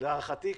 להערכתי,